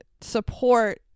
support